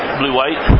blue-white